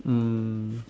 um